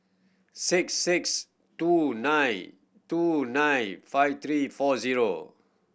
six six two nine two nine five three four zero